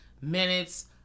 minutes